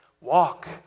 Walk